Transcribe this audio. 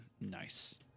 Nice